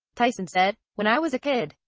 tyson said when i was a kid.